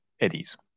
eddies